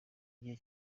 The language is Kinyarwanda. gihe